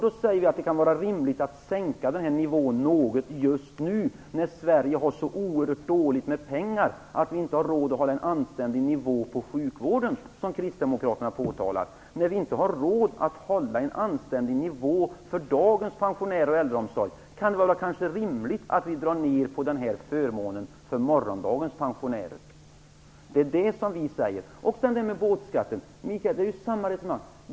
Då säger vi att det kan vara rimligt att sänka den här nivån något just nu när Sverige har så oerhört dåligt med pengar att vi inte har råd att hålla en anständig nivå på sjukvården. Det har kristdemokraterna påtalat. När vi inte har råd att hålla en anständig nivå för dagens pensionärer och på äldreomsorgen kan det kanske vara rimligt att vi drar ner på den här förmånen för morgondagens pensionärer. Det är detta vi säger. Det är samma resonemang när det gäller båtskatten.